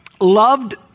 loved